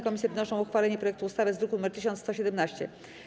Komisje wnoszą o uchwalenie projektu ustawy z druku nr 1117.